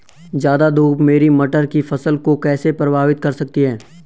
ज़्यादा धूप मेरी मटर की फसल को कैसे प्रभावित कर सकती है?